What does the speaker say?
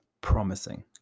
promising